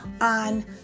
on